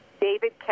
David